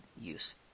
use